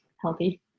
healthy